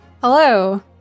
Hello